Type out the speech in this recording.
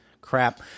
crap